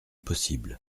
possible